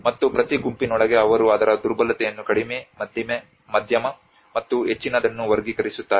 ಮತ್ತು ಪ್ರತಿ ಗುಂಪಿನೊಳಗೆ ಅವರು ಅದರ ದುರ್ಬಲತೆಯನ್ನು ಕಡಿಮೆ ಮಧ್ಯಮ ಮತ್ತು ಹೆಚ್ಚಿನದನ್ನು ವರ್ಗೀಕರಿಸುತ್ತಾರೆ